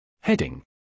Heading